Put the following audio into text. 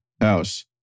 house